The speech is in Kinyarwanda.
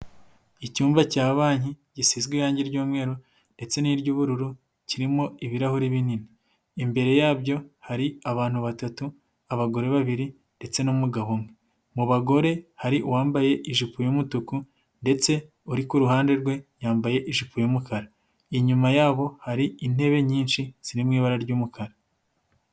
Icyumba cya banki gisizwe irangi ry'umweru ndetse n'iry'ubururu, kirimo ibirahuri binini imbere yabyo hari abantu batatu abagore babiri ndetse na mugabo umwe, mu bagore hari uwambaye ijipo y'umutuku, ndetse uri ku ruhande rwe yambaye ijipo y'umukara inyuma yabo hari intebe nyinshi ziw ibara ry'umukara.